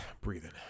Breathing